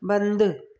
बंदि